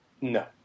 no